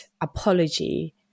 apology